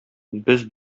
без